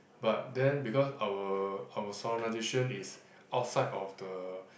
but then because our our solemnization is outside of the